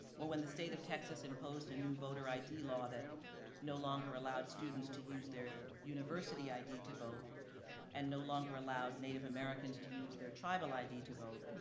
or when the state of texas imposed a new voter id law that no longer allowed students to use their university id to vote and no longer allowed native americans to use their tribal id to vote,